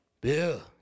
Bill